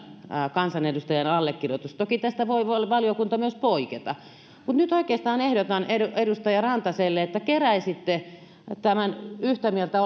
kansanedustajan allekirjoitus toki tästä voi voi valiokunta myös poiketa mutta nyt oikeastaan ehdotan edustaja rantaselle että keräisitte yhtä mieltä